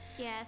Yes